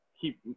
keep